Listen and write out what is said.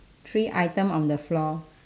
three item on the floor